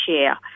share